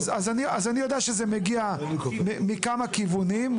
אז אני יודע שזה מגיע מכמה כיוונים,